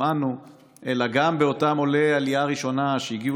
אלא גם באותם עולי עלייה ראשונה שהגיעו